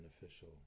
beneficial